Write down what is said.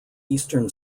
eastern